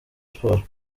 sports